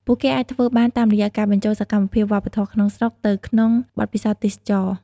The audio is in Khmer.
ពួកគេអាចធ្វើបានតាមរយៈការបញ្ចូល សកម្មភាពវប្បធម៌ក្នុងស្រុក ទៅក្នុងបទពិសោធន៍ទេសចរណ៍។